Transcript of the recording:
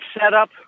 setup